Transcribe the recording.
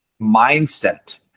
mindset